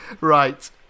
Right